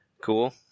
cool